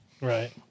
Right